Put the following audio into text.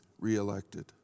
reelected